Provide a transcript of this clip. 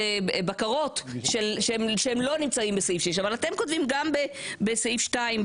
עוד בקרות שלא נמצאות בסעיף 6. אתם כותבים גם בסעיף 2,